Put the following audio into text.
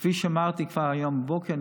כפי שאמרתי כבר היום בבוקר,